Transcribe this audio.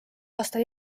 aasta